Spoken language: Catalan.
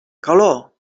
calor